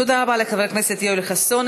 תודה רבה לחבר הכנסת יואל חסון.